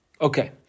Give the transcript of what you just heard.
Okay